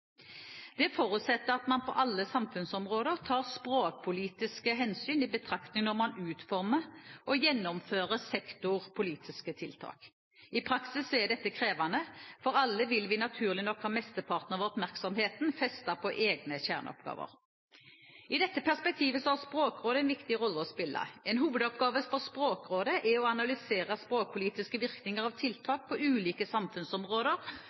Det forutsetter at man på alle samfunnsområder tar språkpolitiske hensyn i betraktning når man utformer og gjennomfører sektorpolitiske tiltak. I praksis er dette krevende, for alle vil vi naturlig nok ha mesteparten av oppmerksomheten festet på egne kjerneoppgaver. I dette perspektivet har Språkrådet en viktig rolle å spille. En hovedoppgave for Språkrådet er å analysere språkpolitiske virkninger av tiltak på ulike samfunnsområder,